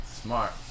Smart